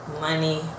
money